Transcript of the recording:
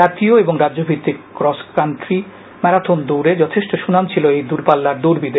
জাতীয় ও রাজ্য ভিত্তিক ক্রস কান্ট্রি ম্যারাথন দৌড়ে যথেষ্ট সুনাম ছিল এই দূরপাল্লার দৌড়বিদের